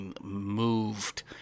Moved